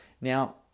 Now